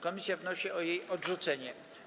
Komisja wnosi o jej odrzucenie.